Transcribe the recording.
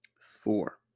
four